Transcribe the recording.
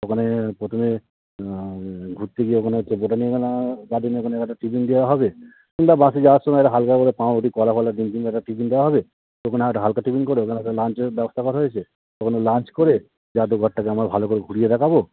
ওখানে প্রথমে ঘুরতে গিয়ে ওখানে হচ্ছে বোটানিকানা গার্ডেনের ওখানে একটা টিফিন দেওয়া হবে কিংবা বাসে যাওয়ার সময় একটা হালকা করে পাউরুটি কলা ফলা ডিম টিম একটা টিফিন দেওয়া হবে ওখানে আর একটা হালকা টিফিন করে ওখানে একটা লাঞ্চের ব্যবস্থা করা হয়েছে ওখানে লাঞ্চ করে জাদুঘরটাকে আমরা ভালো করে ঘুরিয়ে দেখাব